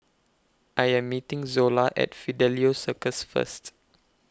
I Am meeting Zola At Fidelio Circus First